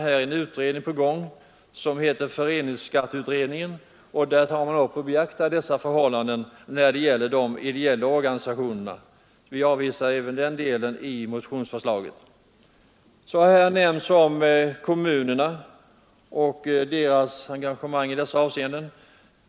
I en utredning, föreningsskatteutredningen, har dessa frågor tagits upp. Vi avvisar alltså även den motionen. Så har här talats om kommunerna och deras engagemang i dessa avseenden.